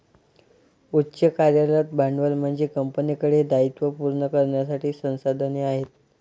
उच्च कार्यरत भांडवल म्हणजे कंपनीकडे दायित्वे पूर्ण करण्यासाठी संसाधने आहेत